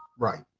right.